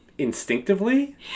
instinctively